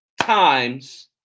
times